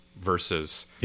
versus